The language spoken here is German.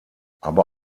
aber